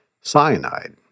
cyanide